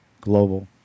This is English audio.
Global